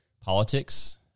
politics